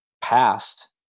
past